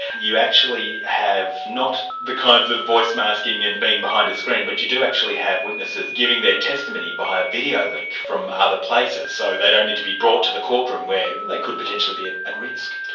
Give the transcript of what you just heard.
you actually have not the kinds of voice-masking and being behind a screen, but you do actually have witnesses giving their testimony via videolink from other places, so they don't need to be brought to the courtroom where they could potentially be at risk.